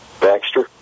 Baxter